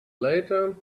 later